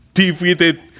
defeated